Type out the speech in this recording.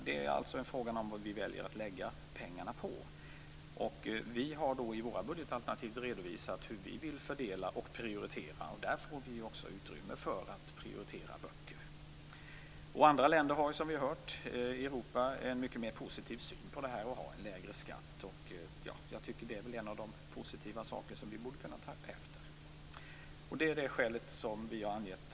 Det är alltså en fråga om vad vi väljer att lägga pengarna på. I vårt budgetalternativ redovisar vi hur vi vill fördela och prioritera. Där har vi utrymme för att prioritera just böcker. Andra länder i Europa har, som vi hört, en mycket mera positiv syn i det här sammanhanget. De har lägre skatter. Det är väl en av de positiva saker som vi borde kunna ta efter. Detta är ett av de skäl som vi har angett.